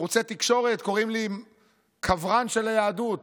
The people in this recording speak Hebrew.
ערוצי תקשורת קוראים לי קברן של היהדות.